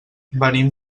venim